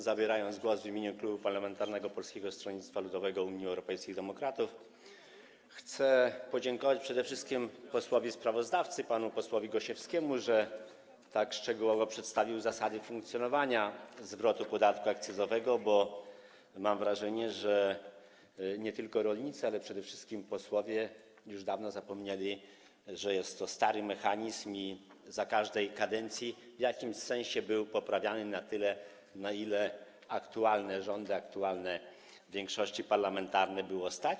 Zabierając głos w imieniu Klubu Poselskiego Polskiego Stronnictwa Ludowego - Unii Europejskich Demokratów, chcę podziękować przede wszystkim posłowi sprawozdawcy, panu posłowi Gosiewskiemu, że tak szczegółowo przedstawił zasady funkcjonowania zwrotu podatku akcyzowego, bo mam wrażenie, że nie tylko rolnicy, ale przede wszystkim posłowie już dawno zapomnieli, że jest to stary mechanizm i za każdej kadencji w jakimś sensie był poprawiany na tyle, na ile aktualne rządy, aktualne większości parlamentarne było stać.